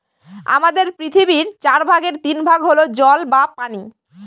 আমাদের পৃথিবীর চার ভাগের তিন ভাগ হল জল বা পানি